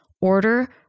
order